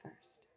first